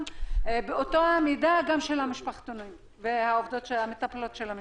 גם למשפחתונים והמטפלות של המשפחתונים.